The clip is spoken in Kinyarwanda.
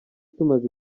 tumaze